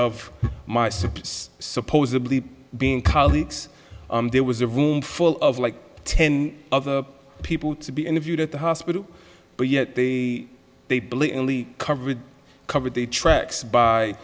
super supposedly being colleagues there was a room full of like ten other people to be interviewed at the hospital but yet they blatantly covered covered their tracks by